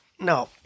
No